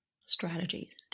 strategies